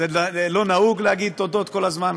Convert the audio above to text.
לא נהוג להגיד תודות כל הזמן,